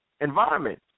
environment